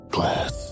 Glass